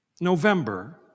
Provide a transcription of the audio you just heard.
November